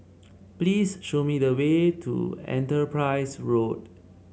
please show me the way to Enterprise Road